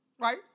Right